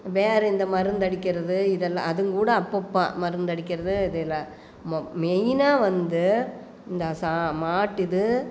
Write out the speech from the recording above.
வேற இந்த மருந்தடிக்கிறது இதெல்லாம் அதுங்கூட அப்பப்போ மருந்தடிக்கிறது இதை எல்லாம் ம மெயினாக வந்து இந்த சா மாட்டு இது